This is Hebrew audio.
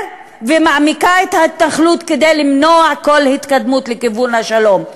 ומעמיקה את ההתנחלות כדי למנוע כל התקדמות לכיוון השלום.